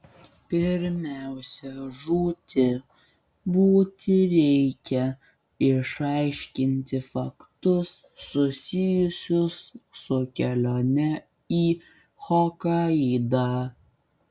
pirmiausia žūti būti reikia išaiškinti faktus susijusius su kelione į hokaidą